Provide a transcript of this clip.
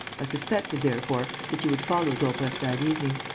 i suspected, therefore, that you would follow daubrecq that evening.